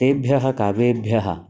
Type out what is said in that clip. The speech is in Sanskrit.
तेभ्यः काव्येभ्यः